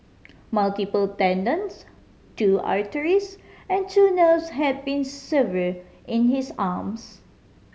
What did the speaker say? multiple tendons two arteries and two nerves had been severed in his arms